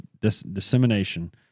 dissemination